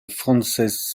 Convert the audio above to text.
frances